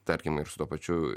tarkim ir su tuo pačiu